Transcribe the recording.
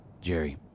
Jerry